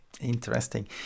interesting